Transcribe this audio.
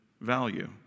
value